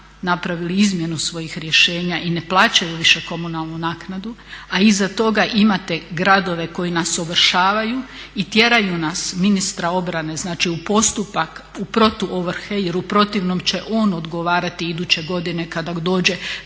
napravili izmjenu svojih rješenja i ne plaćaju više komunalnu naknadu a iza toga imate gradove koji nas ovršavaju i tjeraju nas ministra obrane znači u postupak u protuovrhe jer u protivnom će on odgovarati iduće godine kada dođe